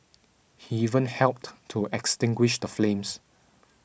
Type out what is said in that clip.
he even helped to extinguish the flames